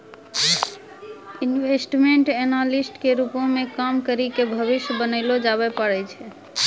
investment analyst के रूपो मे काम करि के भविष्य बनैलो जाबै पाड़ै